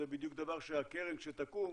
זה בדיוק דבר שהקרן כשתקום